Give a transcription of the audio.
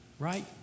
right